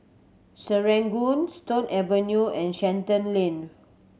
Serangoon Stone Avenue and Shenton Lane